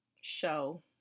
show